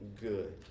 good